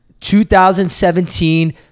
2017